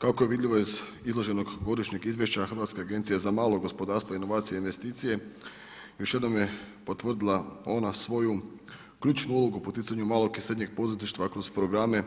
Kako je vidljivo iz izloženog Godišnjeg izvješća Hrvatske agencije za malo gospodarstvo, inovacije i investicije, još jednom je potvrdila ona svoju ključnu ulogu u poticanju malog i srednjeg poduzetništva kroz programe